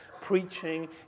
preaching